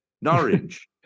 Norwich